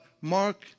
Mark